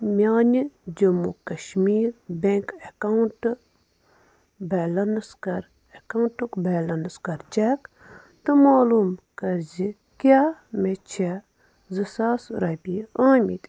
میٛانہِ جموّں کشمیٖر بینٛک ایکاونٛٹہٕ بیلَنَس کَر ایکاونٛٹُک بیلَنس کَر چیک تہٕ معلوٗم کٔرۍزِ کیٛاہ مےٚ چھےٚ زٕ ساس رۄپیہِ آمٕتۍ